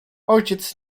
ojciec